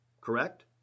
correct